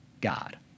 God